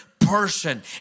person